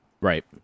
Right